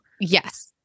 Yes